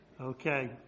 Okay